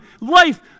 life